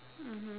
mmhmm